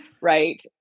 right